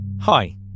Hi